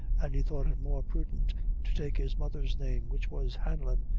and he thought it more prudent to take his mother's name, which was hanlon,